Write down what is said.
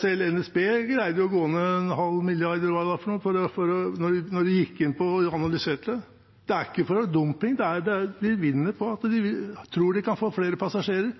Selv NSB greide å gå ned en halv milliard eller hva det var, da de gikk inn og analyserte. Det er ikke på grunn av dumping, de vinner på at de tror de kan få flere passasjerer.